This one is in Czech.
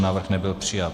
Návrh nebyl přijat.